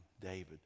David